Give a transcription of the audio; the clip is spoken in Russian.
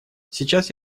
сейчас